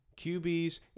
QBs